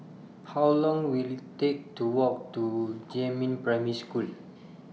How Long Will IT Take to Walk to Jiemin Primary School